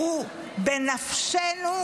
הוא בנפשנו,